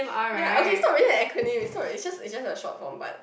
ya okay it's not really an acronym it's not it's just a short form but